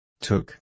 Took